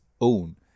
own